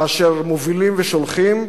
כאשר מובילים ושולחים,